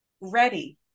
ready